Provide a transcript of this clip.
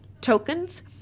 tokens